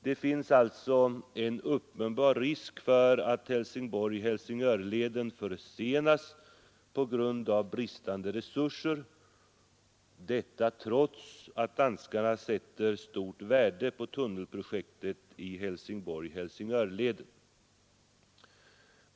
Det finns alltså en uppenbar risk för att Helsingborg— Helsingör-leden försenas på grund av bristande resurser, detta trots att danskarna sätter stort värde på tunnelprojektet i Helsingborg—Helsingörleden.